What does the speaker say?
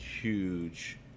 huge